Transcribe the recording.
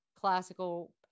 classical